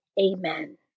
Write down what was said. Amen